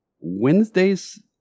Wednesday's